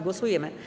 Głosujemy.